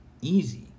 easy